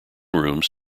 rooms